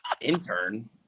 Intern